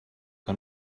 que